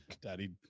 Daddy